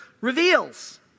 reveals